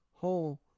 whole